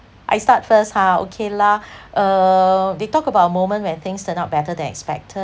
I start first ha okay lah uh they talk about a moment when things turn out better than expected